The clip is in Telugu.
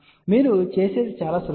కాబట్టి మీరు చేసేది చాలా సులభం